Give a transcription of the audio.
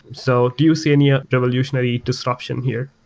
so do you see any ah revolutionary disruption here?